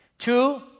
Two